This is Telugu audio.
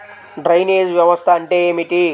డ్రైనేజ్ వ్యవస్థ అంటే ఏమిటి?